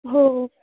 हो हो